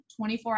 24